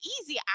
easy